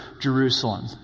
Jerusalem